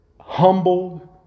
humbled